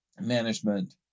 management